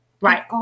right